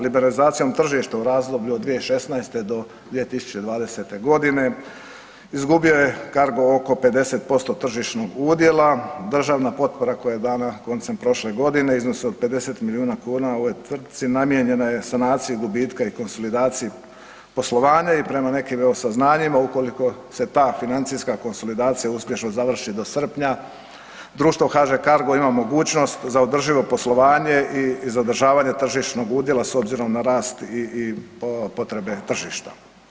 Liberalizacijom tržišta u razdoblju od 2016.-2020. g. izgubio je Cargo oko 50% tržišnog udjela, državna potpora koja je dana koncem prošle godine u iznosu od 50 milijuna kuna ovoj tvrtci namijenjena je sanaciji gubitka i konsolidaciji poslovanja i prema nekim, evo, saznanjima, ukoliko se ta financijska konsolidacija uspješno završi do srpnja, društvo HŽ Cargo ima mogućnost za održivo poslovanje i zadržavanje tržišnog udjela, s obzirom na rast i potrebe tržišta.